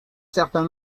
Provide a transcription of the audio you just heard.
certain